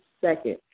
second